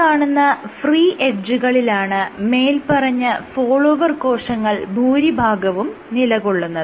ഈ കാണുന്ന ഫ്രീ എഡ്ജുകളിലാണ് മേല്പറഞ്ഞ ഫോളോവർ കോശങ്ങൾ ഭൂരിഭാഗവും നിലകൊള്ളുന്നത്